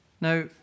Now